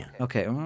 Okay